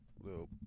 little